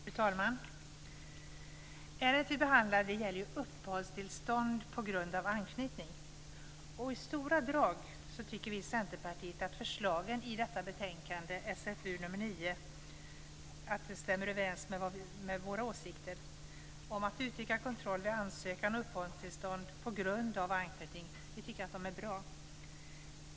Fru talman! Ärendet vi behandlar gäller uppehållstillstånd på grund av anknytning. I stora drag tycker vi i Centerpartiet att förslagen i detta betänkande, SfU9, stämmer överens med våra åsikter om att utökad kontroll vid ansökan om uppehållstillstånd på grund av anknytning är bra.